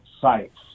sites